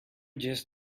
just